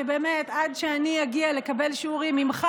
שעד שאני אגיע לקבל שיעורים ממך,